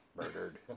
murdered